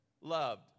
loved